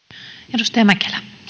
arvoisa puhemies jos